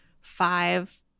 five